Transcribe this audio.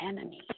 enemy